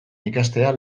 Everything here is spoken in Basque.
ikastea